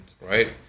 right